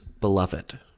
beloved